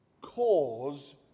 cause